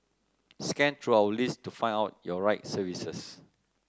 scan through our list to find out your right services